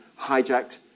hijacked